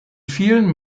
vielen